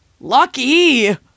Lucky